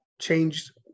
changed